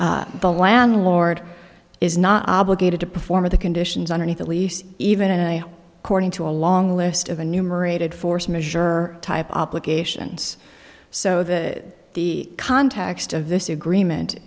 the landlord is not obligated to perform or the conditions underneath a lease even a cording to a long list of a numerated force measure or type obligations so that the context of this agreement